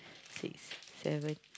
six seven